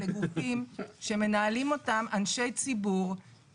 אלה גופים שמנהלים אותם אנשי ציבור,